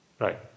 Right